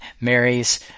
marries